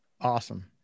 Awesome